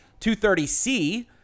230C